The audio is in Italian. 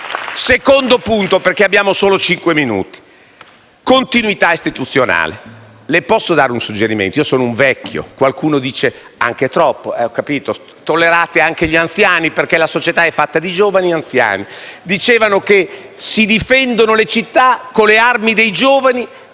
secondo punto: la continuità istituzionale. Le posso dare un suggerimento? Io sono un vecchio, qualcuno dice anche troppo, ma tollerate anche gli anziani perché la società è fatta di giovani e anziani (dicevano che si difendono le città con le armi dei giovani